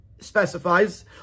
specifies